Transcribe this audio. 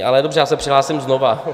Ale dobře, já se přihlásím znova.